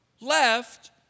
left